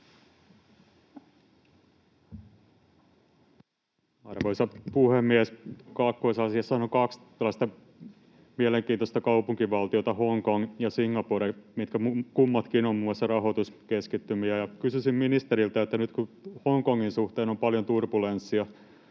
Arvoisa puhemies! Kaakkois-Aasiassahan on kaksi tällaista mielenkiintoista kaupunkivaltiota, Hongkong ja Singapore, mitkä kummatkin ovat muun muassa rahoituskeskittymiä. Kysyisin ministeriltä: nyt kun Hongkongin suhteen on paljon turbulenssia